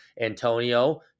Antonio